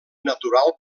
natural